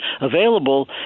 available